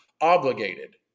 obligated